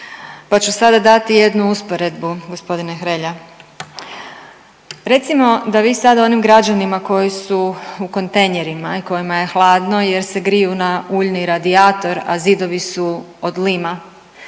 pa ću sada dati jednu usporedbu g. Hrelja. Recimo da vi sad onim građanima koji su u kontejnerima i kojima je hladno jer se griju na uljni radijator, a zidovi su od lima,